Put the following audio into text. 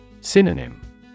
Synonym